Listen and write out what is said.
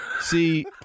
See